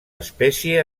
espècie